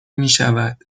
میشود